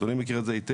אדוני מכיר את זה היטב.